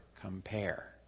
compare